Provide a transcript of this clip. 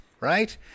right